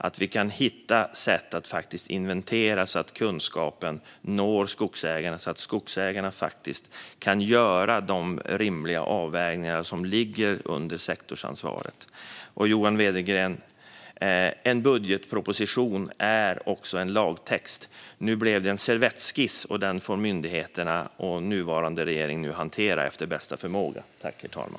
Det är viktigt att vi hittar sätt att inventera så att kunskapen når skogsägarna och skogsägarna kan göra de rimliga avvägningar som ligger under sektorsansvaret. En budgetproposition är också en lagtext, John Widegren. Nu blev det en servettskiss, och den får myndigheterna och nuvarande regering hantera efter bästa förmåga.